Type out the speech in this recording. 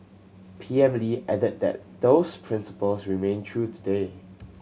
P M Lee added that those principles remain true today